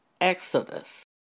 Exodus